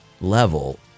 level